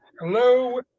Hello